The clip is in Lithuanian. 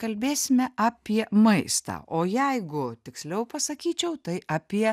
kalbėsime apie maistą o jeigu tiksliau pasakyčiau tai apie